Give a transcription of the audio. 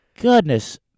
goodness